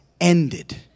ended